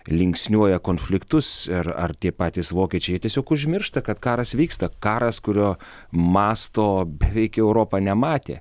linksniuoja konfliktus ir ar tie patys vokiečiai tiesiog užmiršta kad karas vyksta karas kurio masto beveik europa nematė